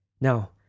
Now